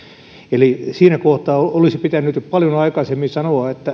siinä kohtaa olisi pitänyt paljon aikaisemmin sanoa että